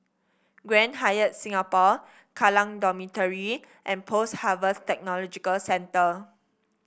Grand Hyatt Singapore Kallang Dormitory and Post Harvest Technology Centre